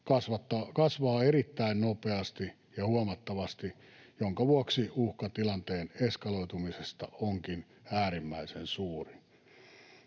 kasvaa erittäin nopeasti ja huomattavasti, minkä vuoksi uhka tilanteen eskaloitumisesta onkin äärimmäisen suuri.